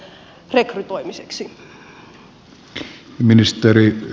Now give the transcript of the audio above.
arvoisa puhemies